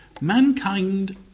Mankind